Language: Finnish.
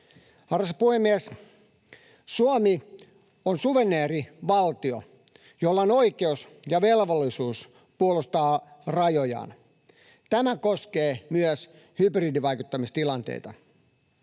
Arvoisa puhemies! Suomi on suvereeni valtio, jolla on oikeus ja velvollisuus puolustaa rajojaan. Tämä koskee myös hybridivaikuttamistilanteita.